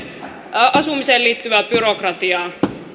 asumiseen liittyvää byrokratiaa